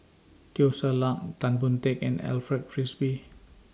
Teo Ser Luck Tan Boon Teik and Alfred Frisby